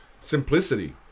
simplicity